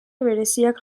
bereziak